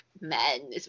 men